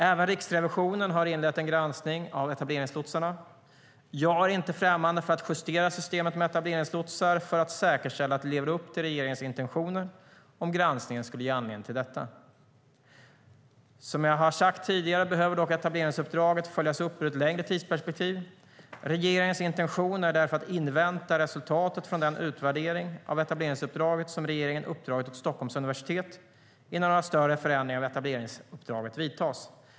Även Riksrevisionen har inlett en granskning av etableringslotsarna. Jag är inte främmande för att justera systemet med etableringslotsar för att säkerställa att det lever upp till regeringens intentioner om granskningen skulle ge anledning till detta. Som jag har sagt tidigare behöver dock etableringsuppdraget följas upp ur ett längre tidsperspektiv. Regeringens intention är därför att invänta resultatet av den utvärdering av etableringsuppdraget som regeringen uppdragit åt Stockholms universitet innan några större förändringar av etableringsuppdraget vidtas.